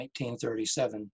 1937